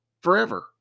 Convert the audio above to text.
Forever